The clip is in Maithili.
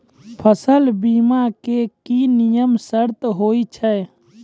फसल बीमा के की नियम सर्त होय छै?